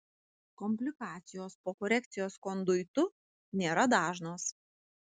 komplikacijos po korekcijos konduitu nėra dažnos